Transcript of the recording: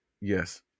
Yes